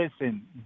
listen